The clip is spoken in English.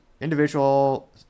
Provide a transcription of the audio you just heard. individual